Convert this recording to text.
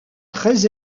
très